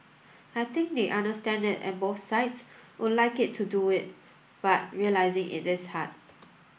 I think they understand it and both sides would like it to do it but realising it is hard